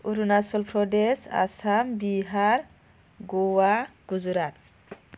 Arunachal Pradesh Assam Bihar Goa Gujarat